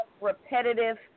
repetitive